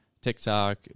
TikTok